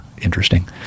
interesting